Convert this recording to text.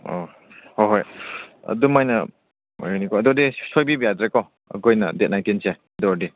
ꯑꯣ ꯍꯣꯏ ꯍꯣꯏ ꯑꯗꯨꯃꯥꯏꯅ ꯑꯣꯏꯔꯗꯤꯀꯣ ꯑꯗꯨꯗꯤ ꯁꯣꯏꯕꯤꯕ ꯌꯥꯗ꯭ꯔꯦꯀꯣ ꯑꯩꯈꯣꯏꯅ ꯗꯦꯗ ꯅꯥꯏꯟꯇꯤꯟꯁꯦ ꯑꯗꯨ ꯑꯣꯏꯔꯗꯤ